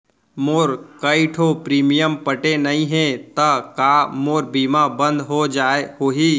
मोर कई ठो प्रीमियम पटे नई हे ता का मोर बीमा बंद हो गए होही?